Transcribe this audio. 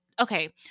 okay